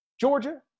Georgia